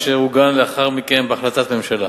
אשר עוגן לאחר מכן בהחלטת ממשלה,